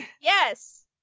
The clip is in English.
Yes